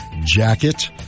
jacket